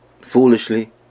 Foolishly